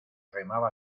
remaba